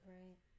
right